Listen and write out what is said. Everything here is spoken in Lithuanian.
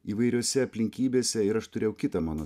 įvairiose aplinkybėse ir aš turėjau kitą mano